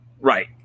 Right